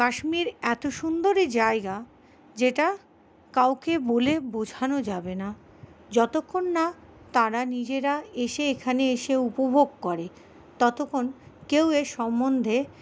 কাশ্মীর এত সুন্দরই জায়গা যেটা কাউকে বলে বোঝানো যাবে না যতক্ষণ না তারা নিজেরা এসে এখানে এসে উপভোগ করে ততক্ষণ কেউ এর সম্বন্ধে